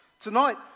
tonight